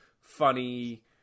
funny